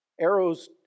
Arrows